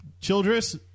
Childress